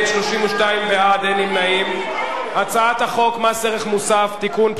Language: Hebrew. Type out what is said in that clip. ההצעה להסיר מסדר-היום את הצעת חוק מס ערך מוסף (תיקון,